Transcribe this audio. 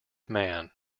man